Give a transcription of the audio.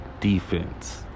defense